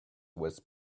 was